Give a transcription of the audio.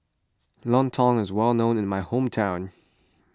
Lontong is well known in my hometown